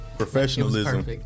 professionalism